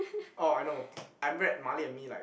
oh I know I'm Brad marley-and-me like